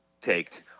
take